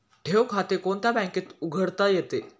ठेव खाते कोणत्या बँकेत उघडता येते?